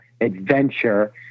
adventure